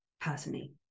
personally